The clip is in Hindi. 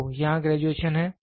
तो यहाँ ग्रेजुएशन हैं